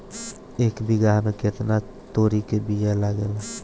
एक बिगहा में केतना तोरी के बिया लागेला?